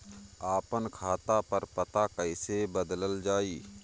आपन खाता पर पता कईसे बदलल जाई?